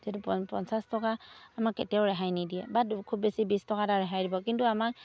যিহেতু পঞ্চাছ টকা আমাক কেতিয়াও ৰেহাই নিদিয়ে বা খুব বেছি বিছ টকা এটা ৰেহাই দিব কিন্তু আমাক